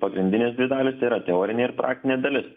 pagrindinės dvi dalys tai yra teorinė ir praktinė dalis